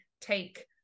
take